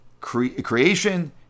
creation